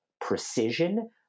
precision